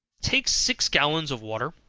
take six gallons of water,